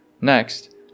Next